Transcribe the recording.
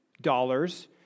dollars